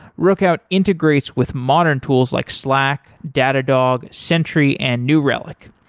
rookout integrates with modern tools like slack, datadog, sentry and new relic.